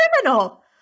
criminal